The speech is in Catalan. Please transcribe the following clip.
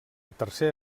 tercer